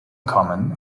common